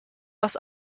das